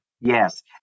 Yes